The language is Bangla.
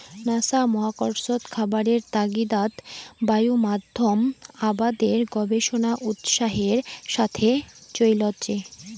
নাসা মহাকর্ষত খাবারের তাগিদাত বায়ুমাধ্যম আবাদের গবেষণা উৎসাহের সথে চইলচে